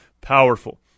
powerful